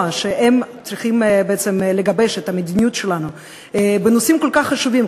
שצריכים בעצם לגבש את המדיניות שלנו בנושאים כל כך חשובים,